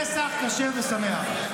פסח כשר ושמח.